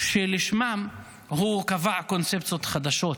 שלשמה הוא קבע קונספציות חדשות,